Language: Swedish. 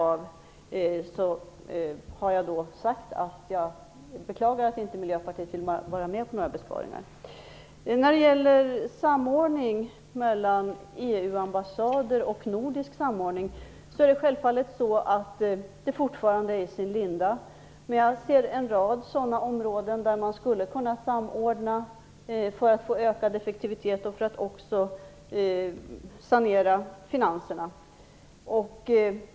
Av den anledningen har jag sagt att jag beklagar att inte Miljöpartiet vill vara med på några besparingar. Samordningen mellan EU-ambassader och nordisk samordning är självfallet fortfarande i sin linda. Men jag ser en rad områden där man skulle kunna samordna för att få ökad effektivitet och för att också sanera finanserna.